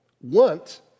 want